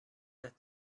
that